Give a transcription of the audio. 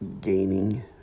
gaining